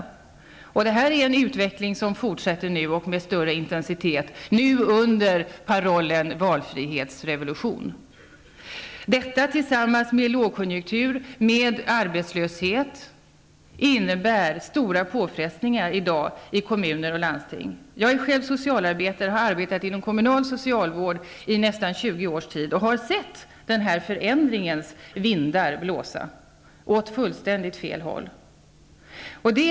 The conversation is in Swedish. Denna utveckling fortsätter nu med större intensitet under parollen ''valfrihetsrevolution''. Detta tillsammans med lågkunjunktur och arbetslöshet innebär stora påfrestningar i dag för kommuner och landsting. Jag är själv socialarbetare och har arbetat inom kommunal socialvård i nästan 20 års tid. Jag har sett förändringens vindar blåsa åt fullständigt fel håll.